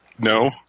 No